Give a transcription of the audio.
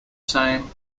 same